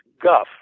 guff